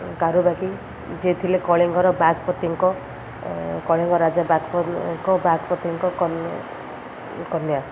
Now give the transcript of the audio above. କାରୁବାକି ଯିଏ ଥିଲେ କଳିଙ୍ଗର ବାଘପତିଙ୍କ କଳିଙ୍ଗ ରାଜା ବାଘପତିଙ୍କ କନ୍ୟା